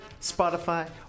Spotify